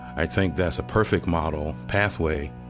i think that's a perfect model, pathway,